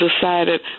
decided